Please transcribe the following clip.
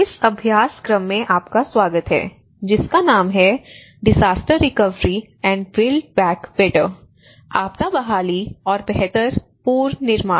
इस अभ्यास क्रम में आपका स्वागत है जिसका नाम है 'disaster recovery and build back better' आपदा बहाली और बेहतर पुनर्निर्माण